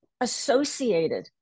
associated